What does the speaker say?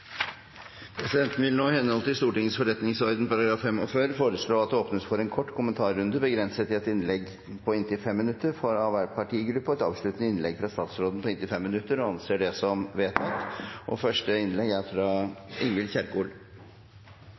Presidenten vil nå, i henhold til Stortingets forretningsordens § 45, foreslå at det åpnes for en kort kommentarrunde, begrenset til ett innlegg på inntil 5 minutter fra hver partigruppe og et avsluttende innlegg fra statsråden på inntil 5 minutter. – Det anses vedtatt. Mandag 8. januar i år var nok et bevis på at IKT-sikkerheten i Helse Sør-Øst er